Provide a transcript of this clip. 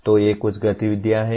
तो ये कुछ गतिविधियाँ हैं